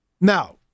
Now